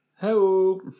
Hello